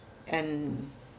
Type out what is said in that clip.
and